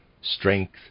strength